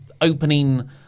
opening